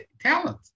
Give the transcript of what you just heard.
talent